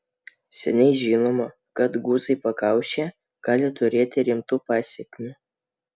seniai žinoma kad guzai pakaušyje gali turėti rimtų pasekmių